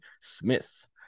smith